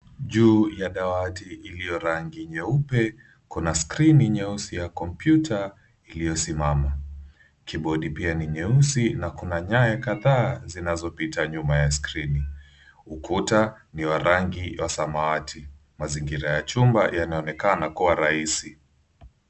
Juu ya dawati iliyo rangi nyeupe, kuna skrini nyeusi ya kompyuta iliyosimama. Kibodi pia ni nyeusi na kuna nyaya kadhaa zinazopita nyuma ya skrini. Ukuta ni wa rangi ya samawati. Mazingira ya chumba yanaonekana kuwa rahisi.